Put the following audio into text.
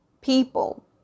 people